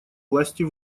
власти